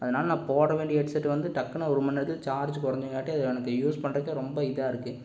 அதனால நான் போடவேண்டிய ஹெட்செட் வந்து டக்குன்னு ஒரு மணி நேரத்திலயே சார்ஜ் குறஞ்சகாட்டியும் அது எனக்கு யூஸ் பண்ணுறதுக்கே ரொம்ப இதாருக்குது